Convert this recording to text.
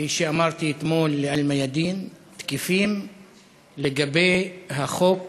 כפי שאמרתי אתמול ל"אל-מיאדין" לגבי החוק